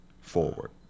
forward